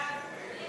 ההסתייגות של